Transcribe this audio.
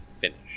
finish